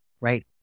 right